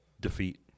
defeat